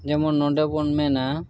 ᱡᱮᱢᱚᱱ ᱱᱚᱰᱮ ᱵᱚᱱ ᱢᱮᱱᱟ